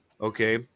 Okay